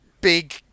big